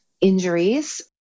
injuries